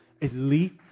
elite